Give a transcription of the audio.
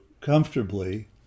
comfortably